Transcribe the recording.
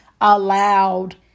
allowed